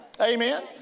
Amen